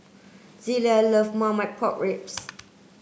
Zelia love Marmite Pork Ribs